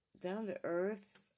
down-to-earth